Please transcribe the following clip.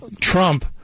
Trump